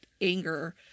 anger